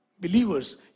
believers